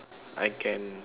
I can